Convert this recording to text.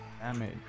Damage